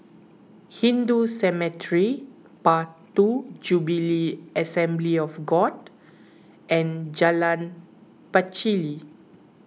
Hindu Cemetery Path two Jubilee Assembly of God and Jalan Pacheli